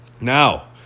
Now